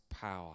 power